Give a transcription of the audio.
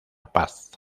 paz